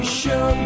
show